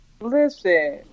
Listen